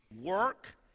Work